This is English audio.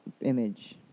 image